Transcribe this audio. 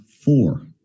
four